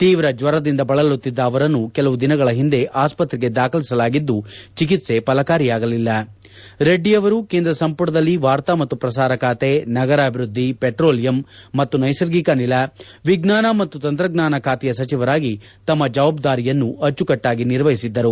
ತೀವ್ರ ಜ್ವರದಿಂದ ಬಳಲುತ್ತಿದ್ದ ಅವರನ್ನು ಕೆಲವು ದಿನಗಳ ಹಿಂದೆ ಆಸ್ಷತ್ರೆಗೆ ದಾಖಲಿಸಲಾಗಿದ್ದರೂ ಚಿಕಿತ್ಸೆ ನೀಡಲಾಗುತ್ತಿತ್ತುರೆಡ್ಡಿಯವರು ಕೇಂದ್ರ ಸಂಪುಟದಲ್ಲಿ ವಾರ್ತಾ ಮತ್ತು ಪ್ರಸಾರ ಖಾತೆ ನಗರಾಭಿವೃದ್ಧಿ ಪೆಟ್ರೋಲಿಯಂ ಮತ್ತು ನೈಸರ್ಗಿಕ ಅನಿಲ ಖಾತೆ ವಿಜ್ಞಾನ ಮತ್ತು ತಂತ್ರಜ್ಞಾನ ಖಾತೆಯ ಸಚಿವರಾಗಿ ತಮ್ಮ ಜವಾಬ್ದಾರಿಯನ್ನು ಬಹಳ ಅಚ್ಚುಕಟ್ಟಾಗಿ ನಿರ್ವಹಿಸಿದ್ದರು